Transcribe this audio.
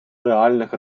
реальних